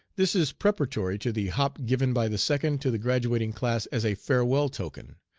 this is preparatory to the hop given by the second to the graduating class as a farewell token.